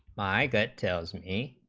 my gut tells me